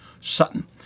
Sutton